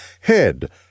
Head